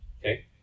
Okay